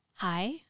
Hi